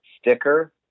sticker